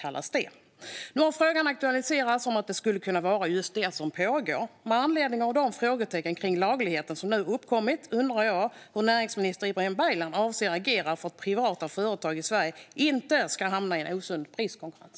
Nu har frågan aktualiserats om att det skulle kunna vara just detta som pågår. Med anledning av de frågetecken kring lagligheten som nu har uppkommit undrar jag om näringsminister Ibrahim Baylan avser att agera för att privata företag i Sverige inte ska hamna i en osund priskonkurrens.